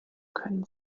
können